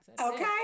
Okay